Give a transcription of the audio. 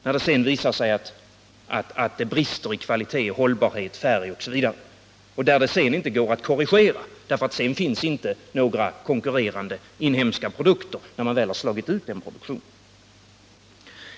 När det sedan visar sig att de brister i kvalitet, hållbarhet, färg osv. kan missförhållandena inte korrigeras, eftersom de inhemska konkurrerande produkterna slagits ut.